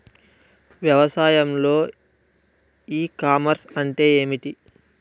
వ్యవసాయంలో e commerce అంటే ఏమిటి?